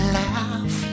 laugh